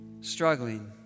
struggling